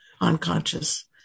unconscious